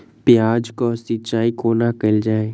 प्याज केँ सिचाई कोना कैल जाए?